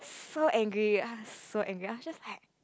so angry I was so angry I was just like